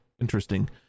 Interesting